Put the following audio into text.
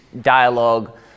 dialogue